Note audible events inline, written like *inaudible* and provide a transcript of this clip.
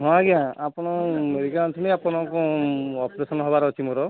ହଁ ଆଜ୍ଞା ଆପଣ *unintelligible* ଆପଣଙ୍କ ଅପରେସନ୍ ହେବାର ଅଛି ମୋର